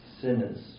sinners